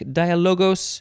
dialogos